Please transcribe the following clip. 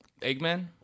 Eggman